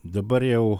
dabar jau